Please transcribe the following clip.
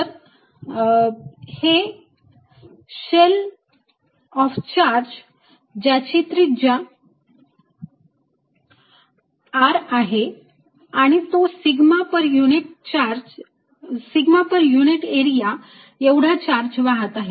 तर हे shell of charge ज्याची त्रिज्या R आहे आणि तो सिग्मा पर युनिट एरिया एवढा चार्ज वाहत आहे